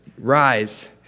rise